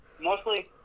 mostly